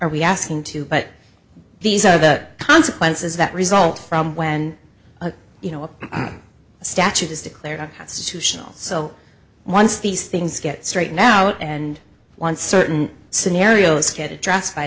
are we asking too but these are the consequences that result from when a you know a statute is declared unconstitutional so once these things get straighten out and once certain scenarios kid addressed by